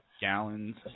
Gallons